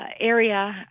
area